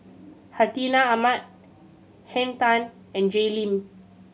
Hartinah Ahmad Henn Tan and Jay Lim